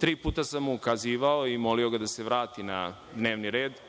Tri puta sam mu ukazivao i molio ga da se vrati na dnevni red